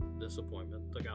disappointment